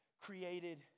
created